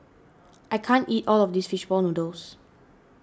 I can't eat all of this Fish Ball Noodles